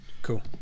cool